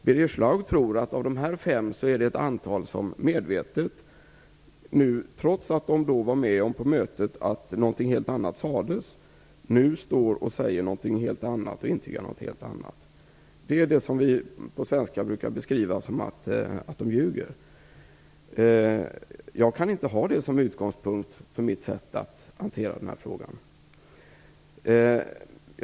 Birger Schlaug tror att ett antal av dessa fem, trots att de var med på mötet, medvetet intygar att någonting helt annat sades. Det brukar vi på svenska beskriva som att de ljuger. Jag kan inte ha det som utgångspunkt för mitt sätt att hantera den här frågan.